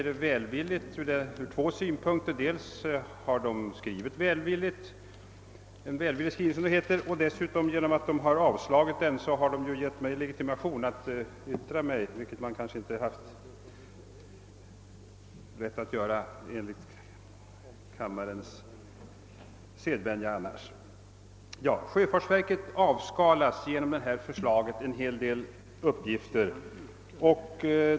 Dels har utskottet framlagt en, som det heter, välvillig skrivning, och dels har det genom att avstyrka motionen givit mig legitimation att yttra mig, vilket jag kanske annars inte haft rätt att göra enligt kammarens sedvänja. Sjöfartsverket avskalas enligt detta förslag en del uppgifter.